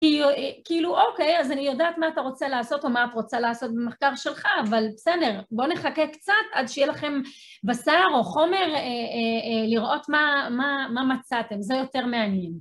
כאילו, כאילו אוקיי, אז אני יודעת מה אתה רוצה לעשות או מה את רוצה לעשות במחקר שלך, אבל בסדר, בואו נחכה קצת עד שיהיה לכם בשר או חומר לראות מה מצאתם, זה יותר מעניין.